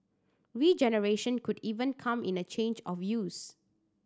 regeneration could even come in a change of use